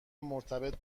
مرتبط